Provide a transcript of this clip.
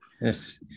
Yes